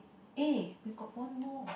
eh you got one more